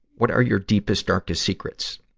what are your deepest, darkest secrets?